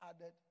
added